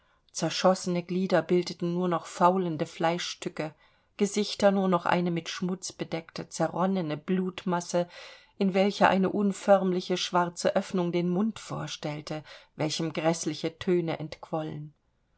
zerschossene glieder bildeten nur noch faulende fleischstücke gesichter nur noch eine mit schmutz bedeckte zerronnene blutmasse in welcher eine unförmliche schwarze öffnung den mund vorstellte welchem gräßliche töne entquollen